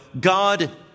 God